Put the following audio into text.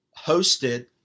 hosted